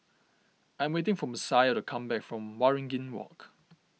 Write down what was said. I am waiting for Messiah to come back from Waringin Walk